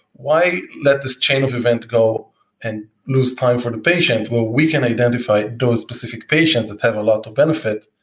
why let this chain of event go and lose time for the patient, while we can identify those specific patients that have a lot of benefit,